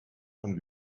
von